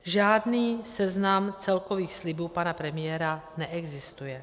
Žádný seznam celkových slibů pana premiéra neexistuje.